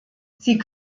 sie